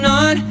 on